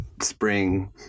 spring